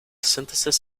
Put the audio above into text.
synthesis